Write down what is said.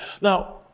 Now